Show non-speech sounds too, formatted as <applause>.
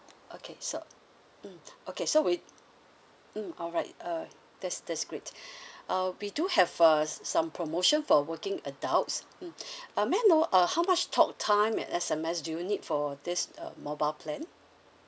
okay so mm okay so with mm alright uh that's that's great <breath> uh we do have uh some promotion for working adults mm <breath> uh may I know uh how much talk time and S_M_S do you need for this uh mobile plan